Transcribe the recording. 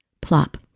plop